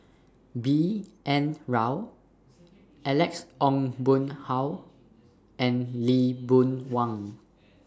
B N Rao Alex Ong Boon Hau and Lee Boon Wang